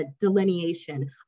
delineation